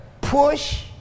push